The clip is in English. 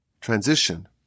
transition